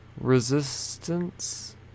Resistance